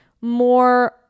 more